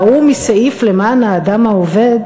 ההוא מסעיף "למען האדם העובד"